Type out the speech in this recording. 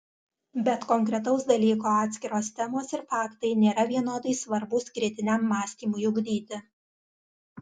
bet konkretaus dalyko atskiros temos ir faktai nėra vienodai svarbūs kritiniam mąstymui ugdyti